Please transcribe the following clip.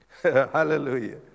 Hallelujah